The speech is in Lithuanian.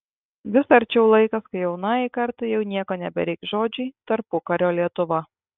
vis arčiau laikas kai jaunajai kartai jau nieko nebereikš žodžiai tarpukario lietuva